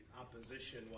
opposition